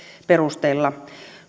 perusteella